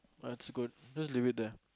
that's good just leave it there